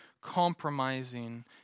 compromising